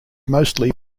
mostly